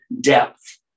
depth